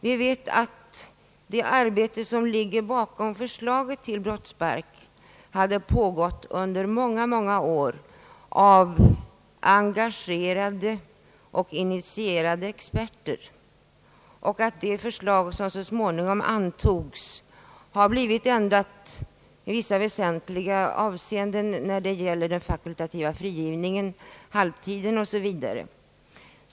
Vi vet att det arbete som ligger bakom förslaget till brottsbalken hade pågått under många år av engagerade och initierade experter och att det förslag som så småningom antagits har blivit ändrat i vissa väsentliga avseenden när det gäller den fakultativa frigivningen, halvtiden osv.